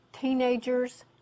Teenagers